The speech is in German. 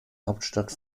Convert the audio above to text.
hauptstadt